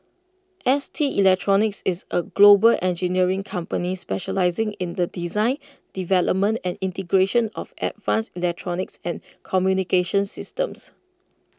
S T electronics is A global engineering company specialising in the design development and integration of advanced electronics and communications systems